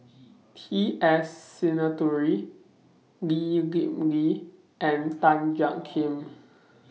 T S Sinnathuray Lee Kip Lee and Tan Jiak Kim